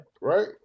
Right